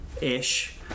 Ish